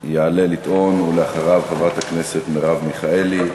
יעלה לטעון, ואחריו, חברת הכנסת מרב מיכאלי,